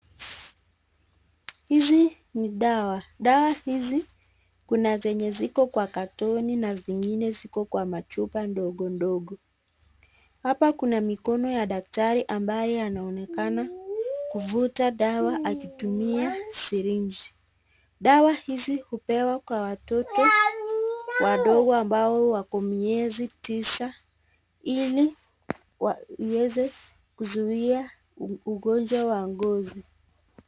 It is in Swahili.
Hizi ni dawa, dawa hizi kuna zenye iko katoni na zingine ziko kwa machupa ndogo ndogo. Hapa kuna mikono ya daktari ambaye anaonekana kufuta dawa akitumia sirinji. Dawa hizi zimepewa kwa watoto wadogo ambao wako miezi tisa ili waweze kuzuia ugonjwa wa ngozi.